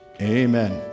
Amen